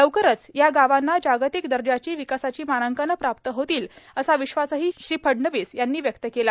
लवकरच या गावांना जागतिक दर्जाची विकासाची मानांकनं प्राप्त होतील असा विश्वासही श्री फडणवीस यांनी व्यक्त केला